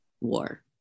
war